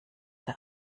der